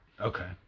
Okay